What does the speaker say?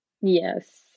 Yes